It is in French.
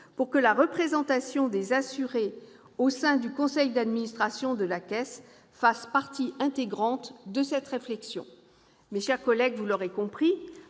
sorte que la représentation des assurés au sein du conseil d'administration de la Caisse fasse partie intégrante de cette réflexion. Mes chers collègues, vous l'aurez compris,